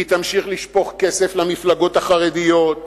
והיא תמשיך לשפוך כסף למפלגות החרדיות,